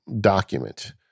document